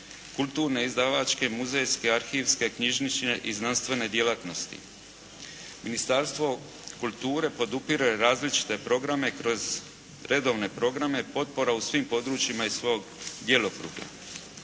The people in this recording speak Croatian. kulturne, izdavačke, muzejske, arhivske, knjižnične i znanstvene djelatnosti. Ministarstvo kulture podupire različite programe kroz redovne programe potpora u svim područjima iz svog djelokruga.